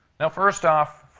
now, first off,